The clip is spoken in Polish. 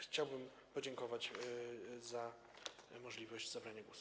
Chciałbym podziękować za możliwość zabrania głosu.